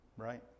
Right